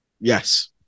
Yes